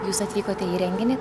jūs atvykote į renginį